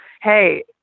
hey